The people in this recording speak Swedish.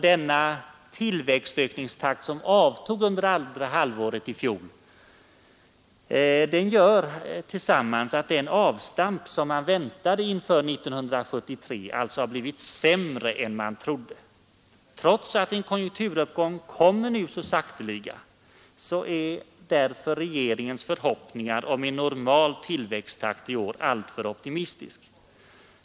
Detta gör att den avstamp som väntades inför 1973 blivit sämre än man trodde. Trots att en konjunkturuppgång nu så sakteliga kommer, är därför regeringens förhoppningar om en helt normal tillväxttakt i år alltför opitmistiska.